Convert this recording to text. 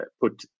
put